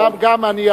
גם אני,